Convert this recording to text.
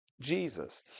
Jesus